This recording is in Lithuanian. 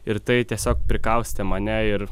ir tai tiesiog prikaustė mane ir